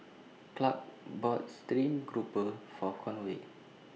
Clark bought Stream Grouper For Conway